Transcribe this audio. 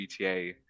GTA